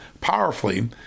powerfully